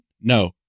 No